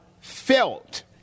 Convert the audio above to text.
felt